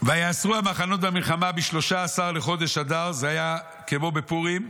"ויאסרו המחנות במלחמה בשלושה עשר לחודש אדר" זה היה כמו בפורים,